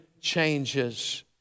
changes